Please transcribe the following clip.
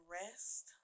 rest